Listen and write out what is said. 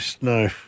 No